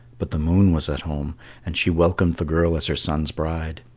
but the moon was at home and she welcomed the girl as her son's bride.